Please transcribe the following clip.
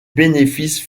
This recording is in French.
bénéfices